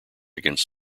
against